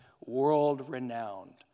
World-renowned